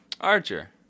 Archer